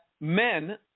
men